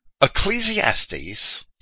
Ecclesiastes